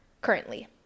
currently